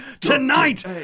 Tonight